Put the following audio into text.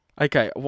Okay